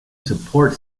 support